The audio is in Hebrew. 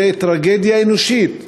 זה טרגדיה אנושית,